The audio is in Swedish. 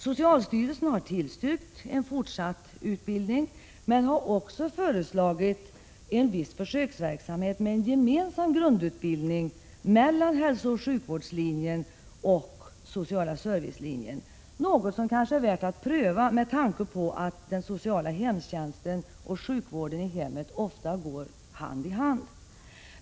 Socialstyrelsen har tillstyrkt en fortsatt utbildning men har också föreslagit en viss försöksverksamhet med en gemensam grundutbildning för hälsooch sjukvårdslinjen och den sociala servicelinjen, något som kanske är värt att pröva med tanke på att den sociala hemtjänsten och sjukvården i hemmet ofta går hand i hand.